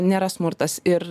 nėra smurtas ir